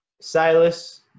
Silas